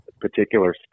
particular